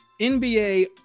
NBA